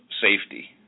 safety